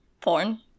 Porn